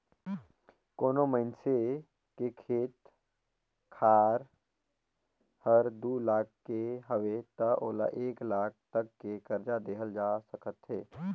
कोनो मइनसे के खेत खार हर दू लाख के हवे त ओला एक लाख तक के करजा देहल जा सकथे